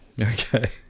Okay